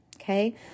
Okay